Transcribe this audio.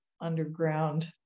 underground